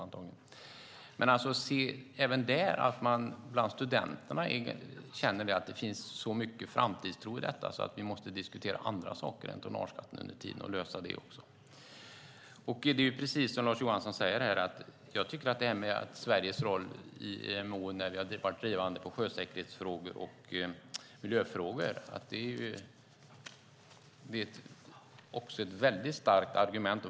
Men man ser att det även bland studenterna finns så mycket framtidstro i detta att vi måste diskutera andra saker än tonnageskatten under tiden och lösa det också. Precis som Lars Johansson tycker jag att Sveriges roll i IMO när vi har varit drivande i sjösäkerhetsfrågor och miljöfrågor är ett starkt argument.